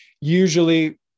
usually